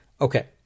Okay